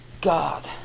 god